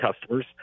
customers